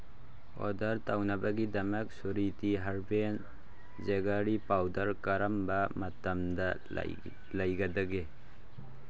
order ꯇꯧꯅꯕꯒꯤꯗꯃꯛ ꯁꯨꯔꯤꯇꯤ ꯍꯔꯕꯦꯟ ꯖꯦꯒꯔꯤ ꯄꯥꯎꯗꯔ ꯀꯔꯝꯕ ꯃꯇꯝꯗ ꯂꯩꯒꯗꯒꯦ